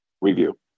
review